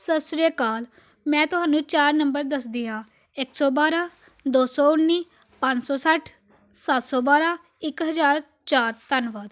ਸਤਿ ਸ਼੍ਰੀ ਅਕਾਲ ਮੈਂ ਤੁਹਾਨੂੰ ਚਾਰ ਨੰਬਰ ਦੱਸਦੀ ਹਾਂ ਇਕ ਸੌ ਬਾਰਾਂ ਦੋ ਸੌ ਉੱਨੀ ਪੰਜ ਸੌ ਸੱਠ ਸੱਤ ਸੌ ਬਾਰਾਂ ਇੱਕ ਹਜ਼ਾਰ ਚਾਰ ਧੰਨਵਾਦ